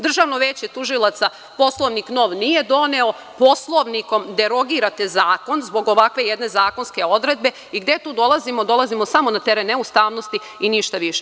Državno veće tužilaca, Poslovnik nov nije doneo, Poslovnikom derogirate zakon zbog ovakve jedne zakonske odredbe i gde tu dolazimo, dolazimo samo na teren neustavnosti i ništa više.